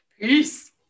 Peace